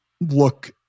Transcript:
look